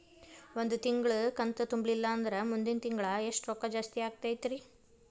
ಒಂದು ತಿಂಗಳಾ ಕಂತು ತುಂಬಲಿಲ್ಲಂದ್ರ ಮುಂದಿನ ತಿಂಗಳಾ ಎಷ್ಟ ರೊಕ್ಕ ಜಾಸ್ತಿ ಆಗತೈತ್ರಿ?